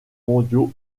mondiaux